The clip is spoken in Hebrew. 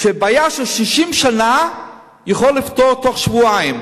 בעיה של 60 שנה יכול לפתור בתוך שבועיים,